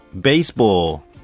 baseball